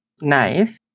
Nice